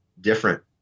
different